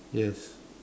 yes